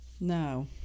no